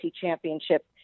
Championship